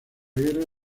guerra